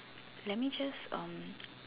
let me just um